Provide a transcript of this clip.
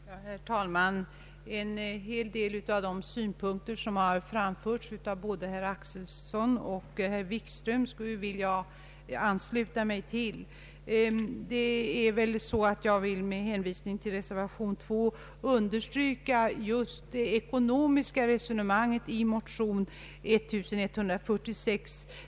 Herr talman! Jag vill ansluta mig till de synpunkter som framförts av både herr Axelson och herr Wikström. Med hänvisning till reservation 2 vill jag understryka just det ekonomiska resonemanget i motion I: 1146.